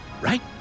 right